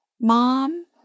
Mom